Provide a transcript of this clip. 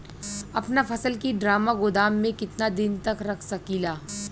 अपना फसल की ड्रामा गोदाम में कितना दिन तक रख सकीला?